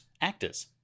actors